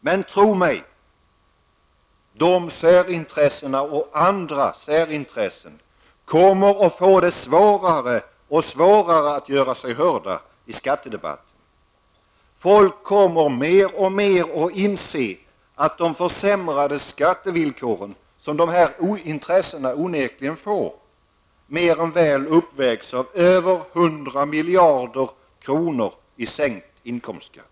Men tro mig -- dessa och andra särintressen kommer att få det allt svårare att göra sig hörda i skattedebatten! Människor kommer mer och mer att inse att de försämrade skattevillkoren, som dessa intressen onekligen får, mer än väl uppvägs av över 100 miljarder kronor i sänkt inkomstskatt.